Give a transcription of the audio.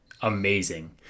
amazing